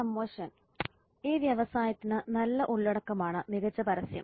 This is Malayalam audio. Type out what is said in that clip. പ്രമോഷൻ ഈ വ്യവസായത്തിന് നല്ല ഉള്ളടക്കമാണ് മികച്ച പരസ്യം